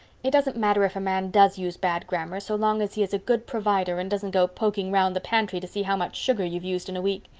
it doesn't matter if a man does use bad grammar so long as he is a good provider and doesn't go poking round the pantry to see how much sugar you've used in a week.